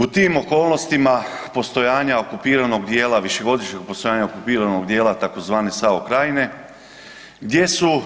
U tim okolnostima postojanja okupiranog dijela, višegodišnjeg postojanja okupiranog dijela tzv. SAO Krajine gdje su